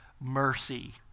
mercy